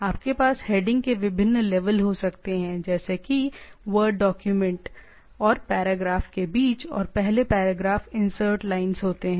आपके पास हेडिंग के विभिन्न लेवल हो सकते हैं जैसे कि वर्ड डॉक्यूमेंट संदर्भ समय 0536 और पैराग्राफ के बीच और पहले पैराग्राफ इंसर्ट लाइन्स होते हैं